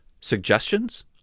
suggestions